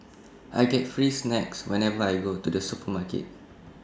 I get free snacks whenever I go to the supermarket